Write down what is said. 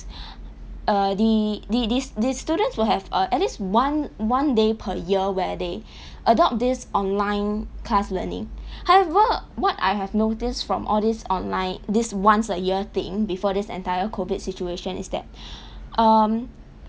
err the the these these students will have uh at least one one day per year where they adopt this online class learning however what I have noticed from all these online this once a year thing before this entire COVID situation is that um